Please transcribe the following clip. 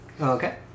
Okay